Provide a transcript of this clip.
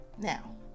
Now